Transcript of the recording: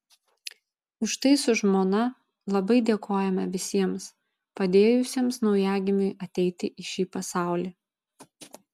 už tai su žmona labai dėkojame visiems padėjusiems naujagimiui ateiti į šį pasaulį